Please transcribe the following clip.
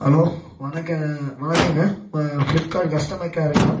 hello வணக்கம் வணக்கங்க Flipkart customer கேருங்களா